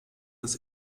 des